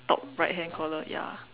top right hand corner ya